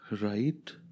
right